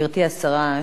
גברתי השרה,